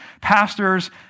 pastors